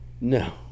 No